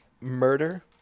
murder